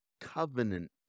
covenant